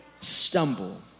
stumble